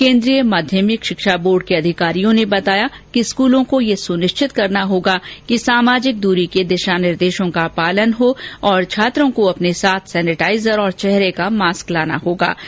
केन्द्रीय माध्यभिक शिक्षा बोर्ड के अधिकारियों ने बताया कि स्कूलों को यह सुनिश्चित करना होगा कि सामाजिक दूरी के दिशा निर्देशों का पालन हो और छात्रों को अपने साथ सैनिटाइजर और चेहरे का मास्क लाना होगा ै